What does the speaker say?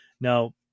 Now